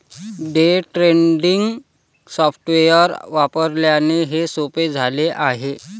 day trading software वापरल्याने हे सोपे झाले आहे